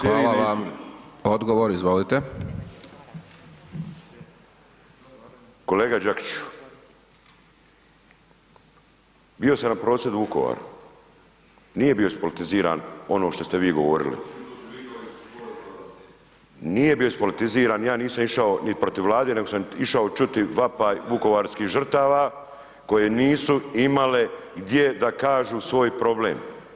Kolega Đakiću, bio sam na prosvjedu u Vukovaru, nije bio ispolitiziran ono što ste vi govorili, nije bio ispolitiziran, ja nisam išao ni protiv Vlade, nego sam išao čuti vapaj vukovarskih žrtava koje nisu imale gdje da kažu svoj problem.